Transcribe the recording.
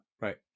right